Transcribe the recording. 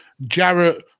Jarrett